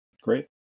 great